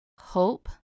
hope